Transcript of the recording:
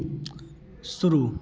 शुरू